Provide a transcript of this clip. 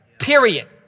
period